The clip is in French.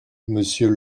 monsieur